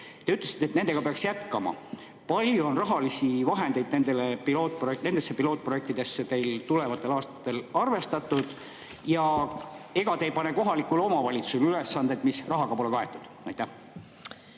Te ütlesite, et sellega peaks jätkama. Palju on rahalisi vahendeid nende pilootprojektide jaoks teil tulevastel aastatel arvestatud? Ega te ei pane kohalikule omavalitsusele ülesandeid, mis rahaga pole kaetud? Aitäh!